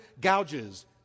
gouges